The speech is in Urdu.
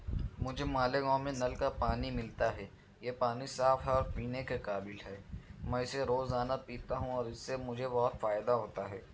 مجھے مالیگاؤں میں نل کا پانی ملتا ہے یہ پانی صاف اور پینے کے قابل ہے میں اسے روزانہ پیتا ہوں اور اس سے مجھے بہت فائدہ ہوتا ہے